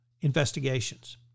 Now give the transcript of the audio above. investigations